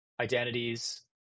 identities